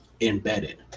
embedded